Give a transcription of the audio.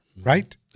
Right